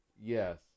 Yes